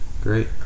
Great